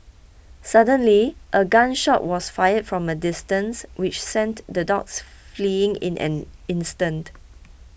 suddenly a gun shot was fired from a distance which sent the dogs fleeing in an instant